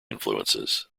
influences